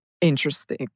Interesting